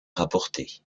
rapportés